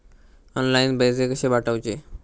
Online पैसे कशे पाठवचे?